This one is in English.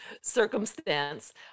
circumstance